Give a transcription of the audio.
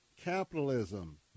Capitalism